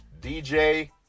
DJ